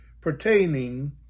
pertaining